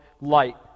light